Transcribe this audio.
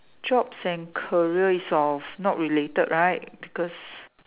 jobs and career is of not related right because